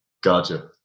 gotcha